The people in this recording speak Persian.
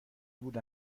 بود